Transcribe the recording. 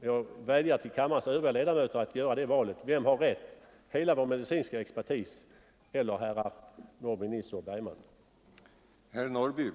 Jag vädjar till kammarens övriga ledamöter att avgöra vilka som har rätt: å ena sidan hela vår medicinska expertis eller å andra sidan herrar Nisser, Norrby och Bergman i Nyköping.